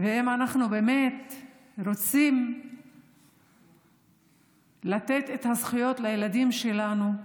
אם אנחנו באמת רוצים לתת את הזכויות לילדים שלנו,